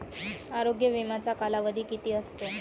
आरोग्य विम्याचा कालावधी किती असतो?